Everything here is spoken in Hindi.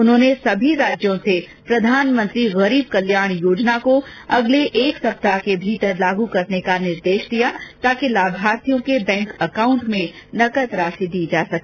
उन्होंने सभी राज्यो से प्रधानमंत्री गरीब कल्याण योजना को अगले एक सप्ताह के भीतर लागू करने का निर्देश दिया ताकि लाभार्थियों के बैंक अकाउंट में नकद राशि दी जा सके